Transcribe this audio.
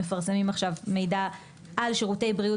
מפרסמים עכשיו מידע על שירותי בריאות